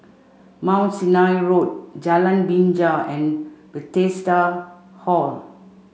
Mount Sinai Road Jalan Binja and Bethesda Hall